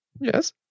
Yes